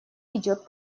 идет